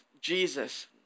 Jesus